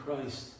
Christ